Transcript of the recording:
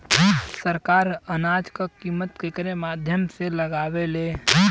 सरकार अनाज क कीमत केकरे माध्यम से लगावे ले?